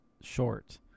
short